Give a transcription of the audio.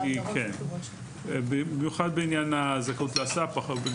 במיוחד לעניין הזכאות להסעה.